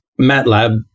MATLAB